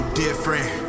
different